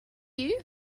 you